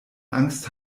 angst